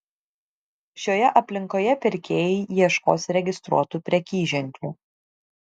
šioje aplinkoje pirkėjai ieškos registruotų prekyženklių